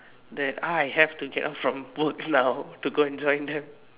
that I have to get off from both now to go and join them